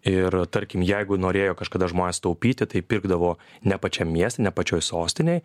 ir tarkim jeigu norėjo kažkada žmonės taupyti tai pirkdavo ne pačiam mieste ne pačioje sostinėj